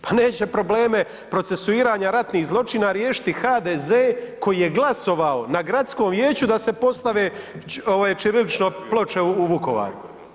Pa neće probleme procesuiranja ratnih zločina riješiti HDZ koji je glasovao na gradskom vijeću da se postave ovaj ćirilične ploče u Vukovaru.